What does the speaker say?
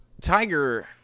Tiger